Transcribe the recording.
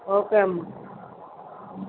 okay అమ్మ